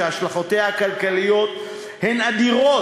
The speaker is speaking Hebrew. שהשלכותיה הכלכליות הן אדירות,